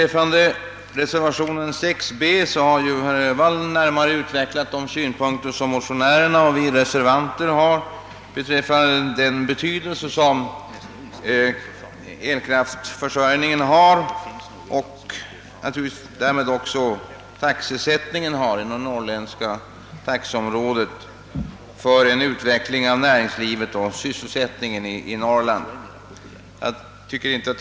Vad reservation 6 b beträffar har herr Öhvall närmare utvecklat de synpunkter som motionärerna och vi reservanter anlägger på den betydelse som elkraftsförsörjningen och därmed också taxesättningen inom det norrländska taxeområdet har för utvecklingen av näringsliv och sysselsättning i denna del av landet.